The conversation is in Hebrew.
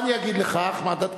מה אני אגיד לך, אחמד?